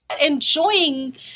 enjoying